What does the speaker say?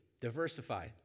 Diversify